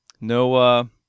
No